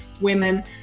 women